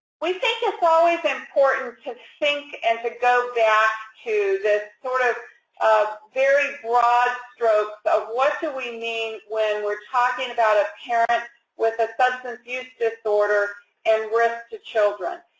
we think it's always important to think and to go back to this sort of very broad strokes of what do we mean when we're talking about a parent with a substance-abuse disorder and risk to children?